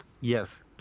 Yes